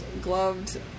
gloved